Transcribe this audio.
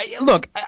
Look